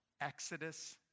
Exodus